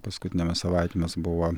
paskutinėmis savaitėmis buvo